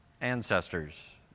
ancestors